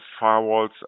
firewalls